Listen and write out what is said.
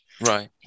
Right